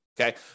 Okay